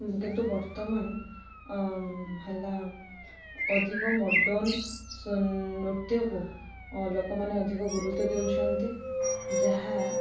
କିନ୍ତୁ ବର୍ତ୍ତମାନ ହେଲା ଅଧିକ ମଡ଼ର୍ଣ୍ଣ ସନ ନୃତ୍ୟକୁ ଲୋକମାନେ ଅଧିକ ଗୁରୁତ୍ୱ ଦେଉଛନ୍ତି ଯାହା